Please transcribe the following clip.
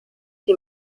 die